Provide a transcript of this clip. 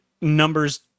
numbers